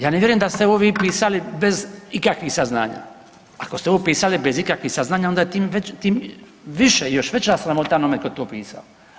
Ja ne vjerujem da ste ovo vi pisali bez ikakvih saznanja, ako ste ovo pisali bez ikakvih saznanja onda tim više još veća sramota onome tko je to pisao.